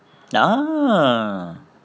ah